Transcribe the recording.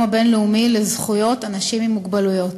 הבין-לאומי לזכויות אנשים עם מוגבלויות.